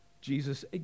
Jesus